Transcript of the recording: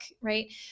right